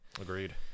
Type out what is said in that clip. Agreed